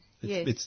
Yes